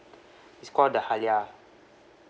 it's called the halia